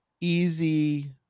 easy